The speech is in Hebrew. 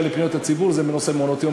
לפניות הציבור הן בנושא מעונות-יום,